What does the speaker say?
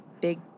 big